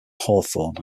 hawthorne